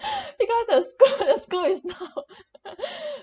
because the school the school is not